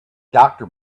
doctor